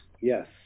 yes